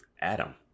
Adam